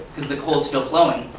because the coal is still flowing.